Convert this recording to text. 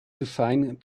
designed